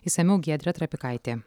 išsamiau giedrė trapikaitė